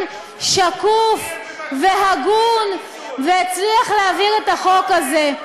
שקוף והגון והצליח להעביר את החוק הזה.